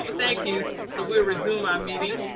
but thank you. so we'll resume our meeting.